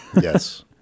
yes